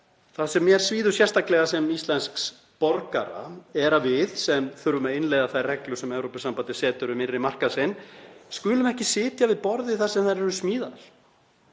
Það sem mér svíður sérstaklega sem íslenskur borgari er að við, sem þurfum að innleiða þær reglur sem Evrópusambandið setur um innri markaðinn, skulum ekki sitja við borðið þar sem þær eru smíðaðar.